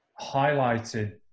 highlighted